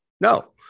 no